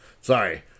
Sorry